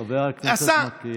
חבר הכנסת מלכיאלי, בבקשה.